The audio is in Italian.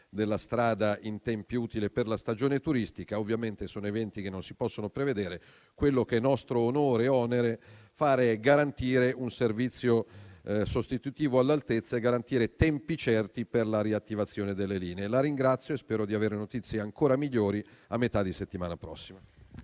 della strada in tempi utili per la stagione turistica. Ovviamente sono eventi che non si possono prevedere: quello che è nostro onore e onere fare è garantire un servizio sostitutivo all'altezza e tempi certi per la riattivazione delle linee. La ringrazio e spero di avere notizie ancora migliori a metà della prossima